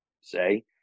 say